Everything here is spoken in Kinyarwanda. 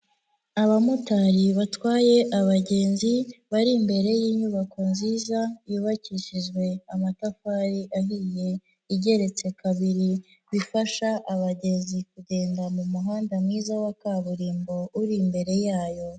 Abamotari batwaye abagenzi bari imbere y'inyubako nziza yubakishijwe amatafari ahiye, igeretse kabiri bifasha abagenzi kugenda mumuhanda mwiza wa kaburimbo uri imbere yayo.